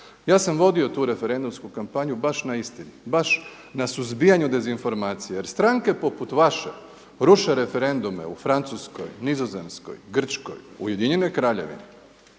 Ja sam vodio tu referendumsku kampanju baš na istini, baš na suzbijanju dezinformacija. Jer stranke poput vaše ruše referendume u Francuskoj, Nizozemskoj, Grčkoj, Ujedinjenoj Kraljevini.